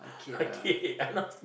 arcade I not